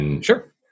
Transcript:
Sure